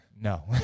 no